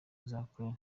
muzakora